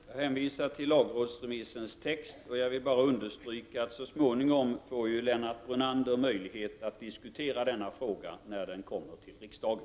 Herr talman! Jag hänvisar till lagrådsremissens text, och jag vill bara understryka att Lennart Brunander så småningom får möjlighet att diskutera denna fråga när den kommer till riksdagen.